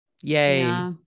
Yay